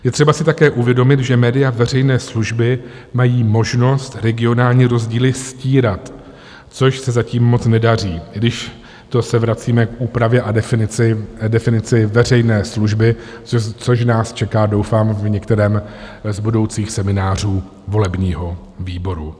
Je třeba si také uvědomit, že média veřejné služby mají možnost regionální rozdíly stírat, což se zatím moc nedaří, i když to se vracíme k úpravě a definici veřejné služby, což nás čeká, doufám, v některém z budoucích seminářů volebního výboru.